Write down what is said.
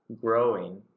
growing